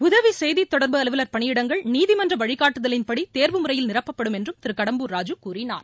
உதவி செய்தி தொடர்பு அலுவலர் பணியிடங்கள் நீதிமன்ற வழிகாட்டுதலின் படி தேர்வு முறையில் நிரப்பப்படும் என்றும் திரு கடம்பூர் ராஜூ கூறினார்